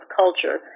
culture